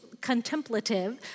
contemplative